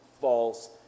false